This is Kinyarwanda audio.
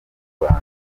rwanda